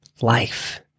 life